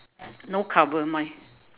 no cover mine